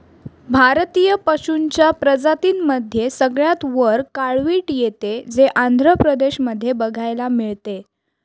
भारतीय पशूंच्या प्रजातींमध्ये सगळ्यात वर काळवीट येते, जे आंध्र प्रदेश मध्ये बघायला मिळते